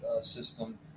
system